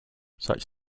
such